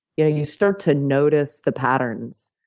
you know you start to notice the patterns.